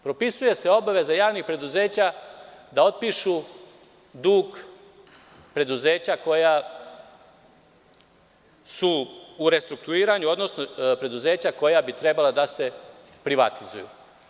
Propisuje se obaveza javnih preduzeća da otpišu dug preduzeća koja su u restrukturiranju odnosno preduzeća koja bi trebala da se privatizuju.